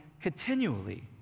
continually